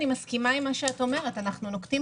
אני מסכימה עם מה שאת אומרת אנחנו נוקטים